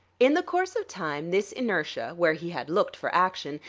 in the course of time this inertia, where he had looked for action,